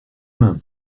main